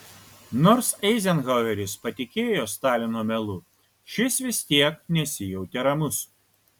nors eizenhaueris patikėjo stalino melu šis vis tiek nesijautė ramus